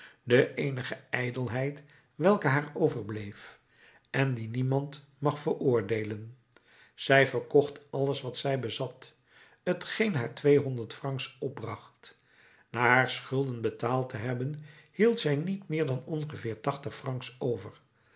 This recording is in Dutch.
de eenige ijdelheid welke haar overbleef en die niemand mag veroordeelen zij verkocht alles wat zij bezat t geen haar tweehonderd francs opbracht na haar schulden betaald te hebben hield zij niet meer dan ongeveer tachtig francs over